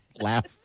Laugh